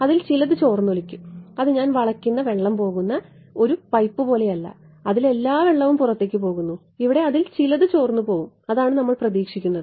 അതിൽ ചിലത് ചോർന്നൊലിക്കും അത് ഞാൻ വളയ്ക്കുന്ന വെള്ളം പോകുന്ന ഒരു പൈപ്പ് പോലെയല്ല അതിൽ എല്ലാ വെള്ളവും പുറത്തേക്ക് പോകുന്നു ഇവിടെ അതിൽ ചിലത് ചോർന്നുപോകും അതാണ് നമ്മൾ പ്രതീക്ഷിക്കുന്നത്